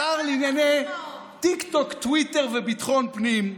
השר לענייני טיקטוק, טוויטר וביטחון פנים,